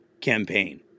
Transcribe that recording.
campaign